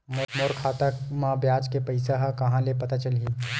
मोर खाता म ब्याज के पईसा ह कहां ले पता चलही?